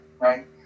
right